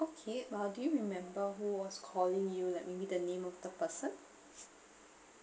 okay uh do you remember who was calling you like maybe the name of the person